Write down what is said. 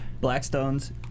Blackstone's